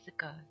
ago